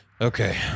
Okay